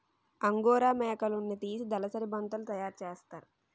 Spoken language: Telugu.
అంగోరా మేకలున్నితీసి దలసరి బొంతలు తయారసేస్తారు